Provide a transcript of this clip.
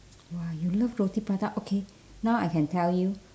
!wah! you love roti prata okay now I can tell you